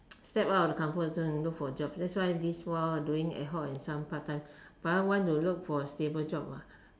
step out of the comfort zone and look for job that's why this while I doing ad-hoc and some part time but I want to look for a stable job ah